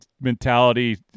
mentality